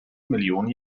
millionen